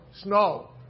Snow